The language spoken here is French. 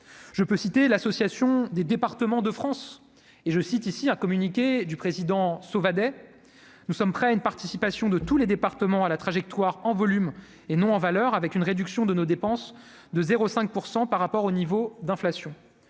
je peux citer l'association des départements de France et je cite ici un communiqué du président Sauvadet : nous sommes prêts à une participation de tous les départements à la trajectoire en volume et non en valeur avec une réduction de nos dépenses de 0 5 % par rapport au niveau d'inflation,